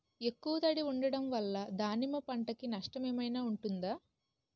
ఎక్కువ తడి ఉండడం వల్ల దానిమ్మ పంట కి నష్టం ఏమైనా ఉంటుందా?